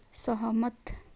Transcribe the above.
सहमत